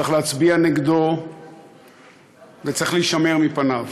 צריך להצביע נגדו וצריך להישמר מפניו.